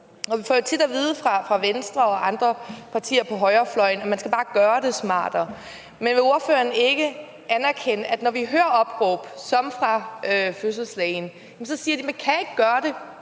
vi får jo tit at vide fra Venstre og andre partier på højrefløjen, at man bare skal gøre det smartere. Men vil ordføreren ikke anerkende, at når vi hører opråb som det fra fødselslægen, så siger de, at de ikke kan gøre det